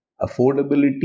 affordability